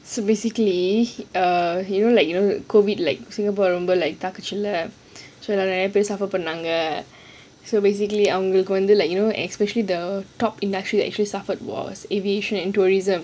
so basically err you know like you know COVID like singapore ரொம்ப தாக்கிச் ல:romba thaakich la so basically அவங்களுக்கு வந்து:awangalukku wanthu you know especially the top industry that actually suffered was aviation and tourism